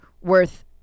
worth